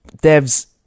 Dev's